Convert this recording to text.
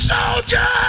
Soldier